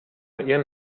ihren